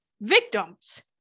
victims